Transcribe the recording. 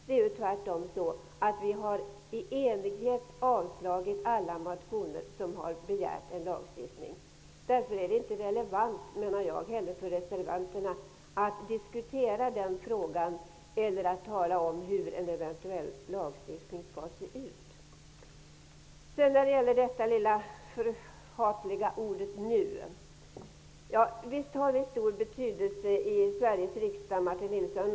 Det är tvärtom så att vi i enighet har avstyrkt alla motioner som har begärt en lagstiftning. Därför är det inte heller relevant för reservanterna att diskutera den frågan eller att tala om hur en eventuell lagstiftning skall se ut. Sedan kommer vi till det lilla förhatliga ordet ''nu''. Visst har vi stor betydelse i Sveriges riksdag, Martin Nilsson.